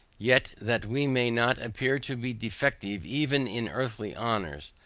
yet that we may not appear to be defective even in earthly honors,